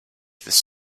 this